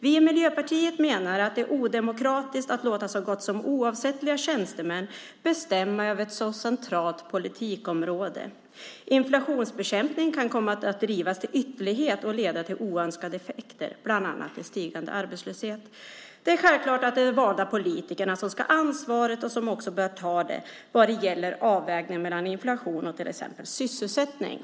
"Vi i Miljöpartiet menar att det är odemokratiskt att låta så gott som oavsättliga tjänstemän bestämma över ett så centralt politikområde. Inflationsbekämpning kan komma att drivas till ytterlighet och leda till oönskade effekter, bl.a. till stigande arbetslöshet. Det är självklart att det är de valda politikerna som skall ha ansvaret och som också bör ta det vad gäller avvägningen mellan inflation och t.ex. sysselsättning."